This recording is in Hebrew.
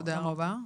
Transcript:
תודה רבה.